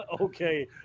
Okay